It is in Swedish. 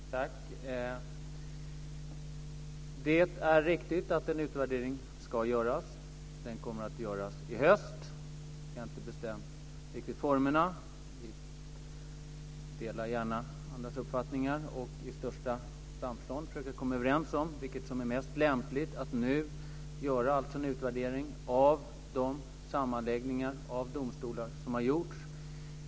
Fru talman! Det är riktigt att en utvärdering ska göras. Den kommer att göras i höst. Vi har inte riktigt bestämt formerna. Vi tar gärna del av andras uppfattningar och försöker komma överens om vilket som är mest lämpligt, och nu alltså göra en utvärdering av de sammanläggningar av domstolar som har gjorts.